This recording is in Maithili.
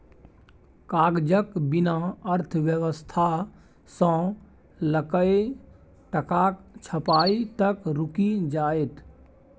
कागजक बिना अर्थव्यवस्था सँ लकए टकाक छपाई तक रुकि जाएत